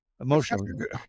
emotionally